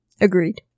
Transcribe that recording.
Agreed